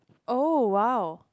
oh !wow!